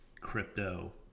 crypto